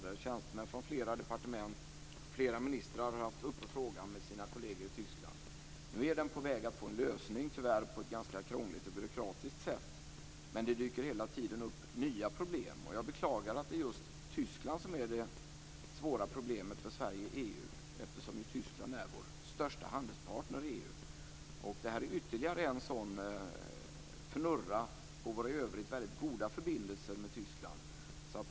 Tjänstemän från flera departement har varit engagerade, och flera ministrar har haft frågan uppe med sina kolleger i Tyskland. Nu är frågan på väg att få en lösning, tyvärr på ett ganska krångligt och byråkratiskt sätt. Men det dyker hela tiden upp nya problem. Jag beklagar att det är just Tyskland som är det stora problemet för Sverige i EU eftersom Tyskland ju är vår största handelspartner i EU. Det här är ytterligare en fnurra i våra för övrigt väldigt goda förbindelser med Tyskland.